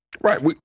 Right